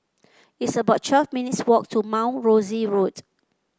it's about twelve minutes' walk to Mount Rosie Road